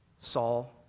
Saul